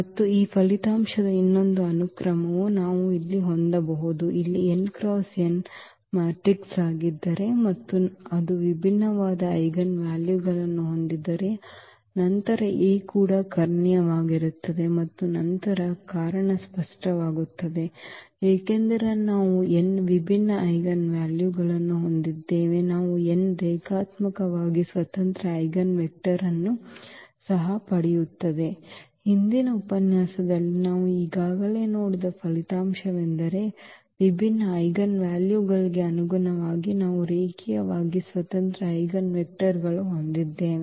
ಮತ್ತು ಈ ಫಲಿತಾಂಶದ ಇನ್ನೊಂದು ಅನುಕ್ರಮವು ನಾವು ಇಲ್ಲಿ ಹೊಂದಬಹುದು ಇಲ್ಲಿ n ಮ್ಯಾಟ್ರಿಕ್ಸ್ ಆಗಿದ್ದರೆ ಮತ್ತು ಅದು ವಿಭಿನ್ನವಾದ ಐಜೆನ್ ವ್ಯಾಲ್ಯೂಗಳನ್ನು ಹೊಂದಿದ್ದರೆ ನಂತರ A ಕೂಡ ಕರ್ಣೀಯವಾಗಿರುತ್ತದೆ ಮತ್ತು ನಂತರ ಕಾರಣ ಸ್ಪಷ್ಟವಾಗುತ್ತದೆ ಏಕೆಂದರೆ ನಾವು n ವಿಭಿನ್ನ ಐಜೆನ್ ವ್ಯಾಲ್ಯೂಗಳನ್ನು ಹೊಂದಿದ್ದರೆ ನಾವು n ರೇಖಾತ್ಮಕವಾಗಿ ಸ್ವತಂತ್ರ ಐಜೆನ್ ವೆಕ್ಟರ್ ನ್ನು ಸಹ ಪಡೆಯುತ್ತದೆ ಹಿಂದಿನ ಉಪನ್ಯಾಸದಲ್ಲಿ ನಾವು ಈಗಾಗಲೇ ನೋಡಿದ ಫಲಿತಾಂಶವೆಂದರೆ ವಿಭಿನ್ನ ಐಜೆನ್ ವ್ಯಾಲ್ಯೂಗಳಿಗೆ ಅನುಗುಣವಾಗಿ ನಾವು ರೇಖೀಯವಾಗಿ ಸ್ವತಂತ್ರ ಐಜೆನ್ ವೆಕ್ಟರ್ಗಳನ್ನು ಹೊಂದಿದ್ದೇವೆ